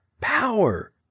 power